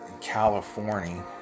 California